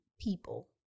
people